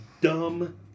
dumb